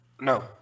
No